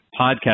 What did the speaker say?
podcast